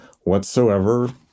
whatsoever